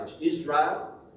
Israel